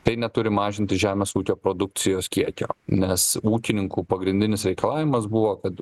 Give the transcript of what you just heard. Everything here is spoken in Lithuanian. tai neturi mažinti žemės ūkio produkcijos kiekio nes ūkininkų pagrindinis reikalavimas buvo kad